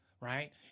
Right